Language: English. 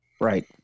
Right